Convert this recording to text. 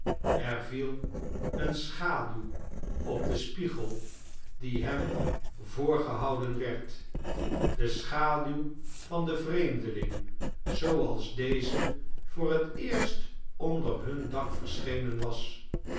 ex viel een schluw op den spiegel die hem voorgehoudjein werd de schaduw van den vreemdeling zooals deze voor het eerst onder hun dak verschenen was